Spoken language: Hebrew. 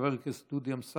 חבר הכנסת דודי אמסלם.